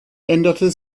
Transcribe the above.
änderte